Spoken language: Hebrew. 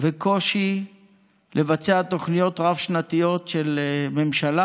וקושי לבצע תוכניות רב-שנתיות של הממשלה,